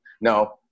No